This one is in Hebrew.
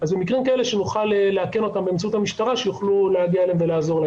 אז במקרים כאלה שנוכל לאכן אותם באמצעות המשטרה שהם יוכלו להגיע ולעזור.